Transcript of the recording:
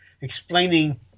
explaining